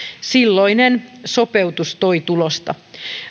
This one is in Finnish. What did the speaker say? silloinen sopeutus toi tulosta